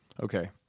okay